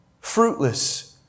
fruitless